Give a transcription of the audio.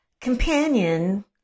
companion